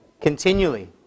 continually